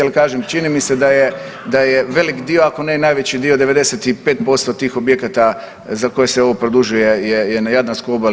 Ali kažem čini mi se da je velik dio ako ne i najveći dio 95% tih objekata za koje se ovo produžuje je na Jadranskoj obali.